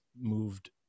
moved